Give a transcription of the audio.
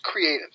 creatives